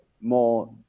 more